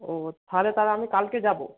ওহ তাহলে তার আমি কালকে যাবো